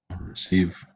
receive